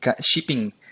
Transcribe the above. shipping